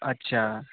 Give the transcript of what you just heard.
আচ্ছা